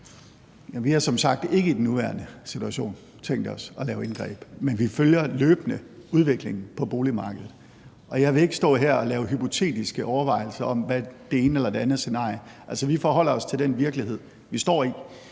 Vi har som sagt ikke i den nuværende situation tænkt os at lave indgreb, men vi følger løbende udviklingen på boligmarkedet. Jeg vil ikke stå her og lave hypotetiske overvejelser om det ene og det andet scenarie. Vi forholder os til den virkelighed, vi står i,